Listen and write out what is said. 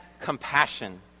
compassion